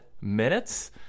minutes